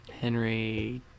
Henry